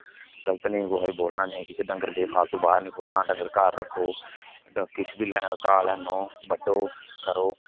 गल्त नेई कुसेगी बोलना नेई किश डंगर बेफालतू बाहर नेई खोलना डंगर घार रक्खो किश बी घा लेई आह्नो बड्ढो करो